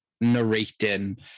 narrating